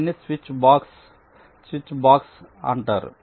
దీనిని switch box అంటారు